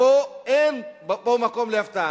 ופה אין מקום להפתעה.